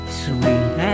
sweet